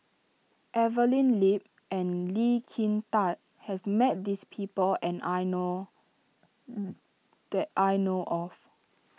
Evelyn Lip and Lee Kin Tat has met this people and I know that I know of